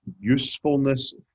usefulness